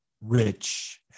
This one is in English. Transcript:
rich